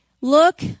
look